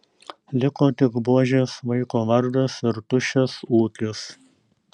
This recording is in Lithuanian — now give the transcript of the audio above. liko tik buožės vaiko vardas ir tuščias ūkis